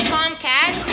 Tomcat